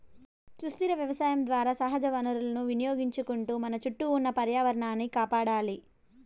సుస్థిర వ్యవసాయం ద్వారా సహజ వనరులను వినియోగించుకుంటూ మన చుట్టూ ఉన్న పర్యావరణాన్ని కాపాడాలి